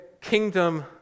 kingdom